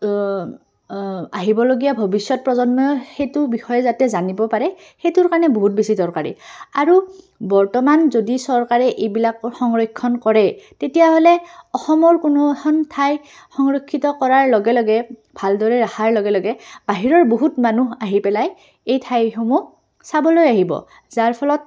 আহিবলগীয়া ভৱিষ্যত প্ৰজন্ময়ো সেইটো বিষয়ে যাতে জানিব পাৰে সেইটোৰ কাৰণে বহুত বেছি দৰকাৰী আৰু বৰ্তমান যদি চৰকাৰে এইবিলাকৰ সংৰক্ষণ কৰে তেতিয়াহ'লে অসমৰ কোনো এখন ঠাই সংৰক্ষিত কৰাৰ লগে লগে ভালদৰে ৰখাৰ লগে লগে বাহিৰৰ বহুত মানুহ আহি পেলাই এই ঠাইসমূহ চাবলৈ আহিব যাৰ ফলত